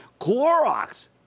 Clorox